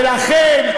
ולכן,